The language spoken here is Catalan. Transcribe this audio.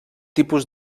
tipus